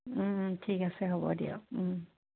ঠিক আছে হ'ব দিয়ক